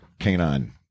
Canine